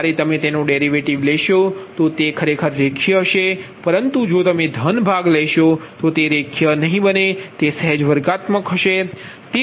જ્યારે તમે તેનો ડેરિવેટિવ લેશો તો તે રેખીય હશે પરંતુ જો તમે ઘન લેશો તો તે રેખીય નહીં બને સહેજ વર્ગાત્મક હશે